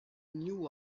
new